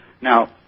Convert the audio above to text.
now